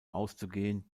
auszugehen